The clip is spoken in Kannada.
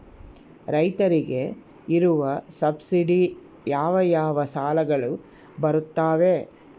ರೈತರಿಗೆ ಇರುವ ಸಬ್ಸಿಡಿ ಯಾವ ಯಾವ ಸಾಲಗಳು ಬರುತ್ತವೆ?